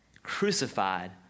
crucified